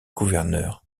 gouverneurs